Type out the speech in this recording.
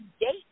date